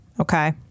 okay